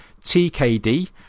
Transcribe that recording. TKD